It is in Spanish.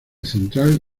central